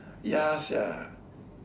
ya sia